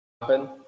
Happen